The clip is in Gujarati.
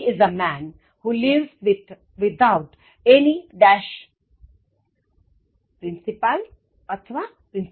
He is a man who lives without any principle principal okay